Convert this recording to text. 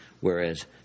whereas